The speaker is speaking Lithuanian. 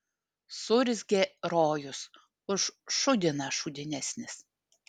suurzgė rojus už šūdiną šūdinesnis